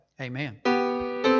Amen